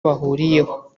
bahuriyeho